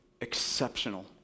exceptional